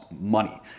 money